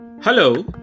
Hello